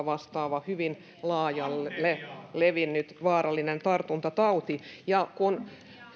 vastaava hyvin laajalle levinnyt vaarallinen tartuntatauti ja kun